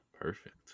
perfect